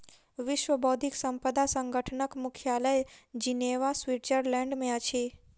विश्व बौद्धिक संपदा संगठनक मुख्यालय जिनेवा, स्विट्ज़रलैंड में अछि